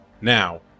Now